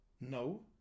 no